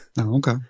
Okay